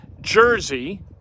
jersey